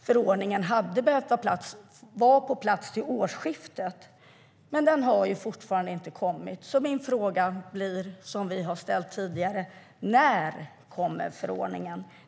Förordningen hade behövt vara på plats till årsskiftet, men den har fortfarande inte kommit. Min fråga, som vi har ställt tidigare, blir: När kommer förordningen?